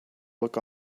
look